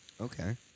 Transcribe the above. Okay